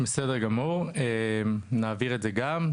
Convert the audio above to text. בסדר גמור, נעביר את זה גם.